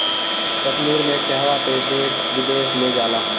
कश्मीर के कहवा तअ देश विदेश में जाला